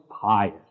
pious